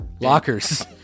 lockers